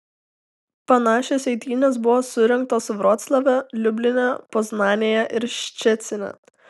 panašios eitynės buvo surengtos vroclave liubline poznanėje ir ščecine